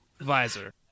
visor